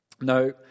No